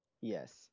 yes